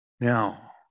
Now